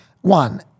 one –